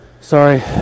Sorry